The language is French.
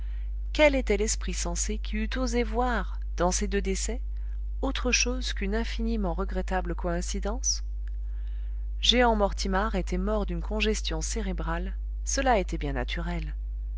quel était l'esprit sensé qui eût osé voir dans ces deux décès autre chose qu'une infiniment regrettable coïncidence jehan mortimar était mort d'une congestion cérébrale cela était bien naturel